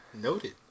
Noted